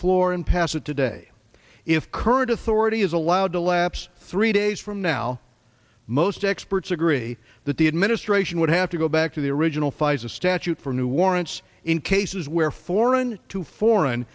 floor and pass it today if current authority is allowed to lapse three days from now most experts agree that the administration would have to go back to the original phase of statute for new warrants in cases where foreign to foreign